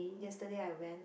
yesterday I went